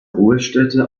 ruhestätte